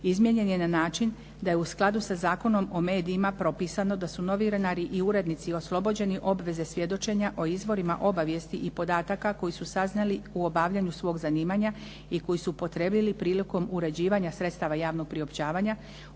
izmijenjen je na način da je u skladu sa Zakonom o medijima propisano da su novinari i urednici oslobođeni obveze svjedočenja o izvorima obavijesti i podataka koje su saznali u obavljanju svog zanimanja i koji su upotrijebili prilikom uređivanja sredstava javnog priopćavanja